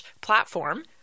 platform